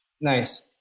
Nice